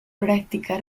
prácticas